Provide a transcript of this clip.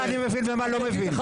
גם אליך אני אגיע תכף.